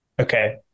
Okay